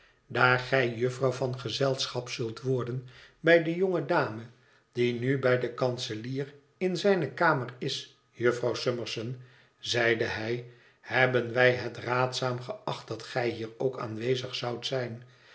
daar gij jufvrouw van gezelschap zult worden bij de jonge dame die nu bij den kanselier in zijne kamer is jufvrouw summerson zeide hij hebben wij het raadzaam geacht dat gij hier ook aanwezig zoudt zijn